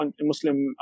Muslim